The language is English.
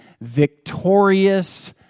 victorious